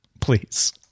Please